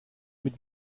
mit